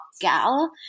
gal